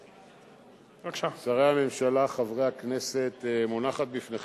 של חברי הכנסת רוני בר-און ובנימין בן-אליעזר.